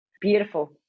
Beautiful